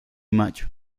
mayo